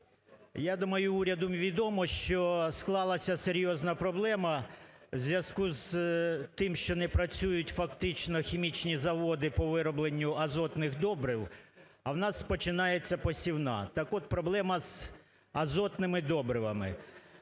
Я думаю, уряду відомо, що склалася серйозна проблема в зв'язку із тим, що не працюють фактично хімічні заводи по виробленню азотних добрив, а у нас починається посівна, так от проблема з азотними добривами.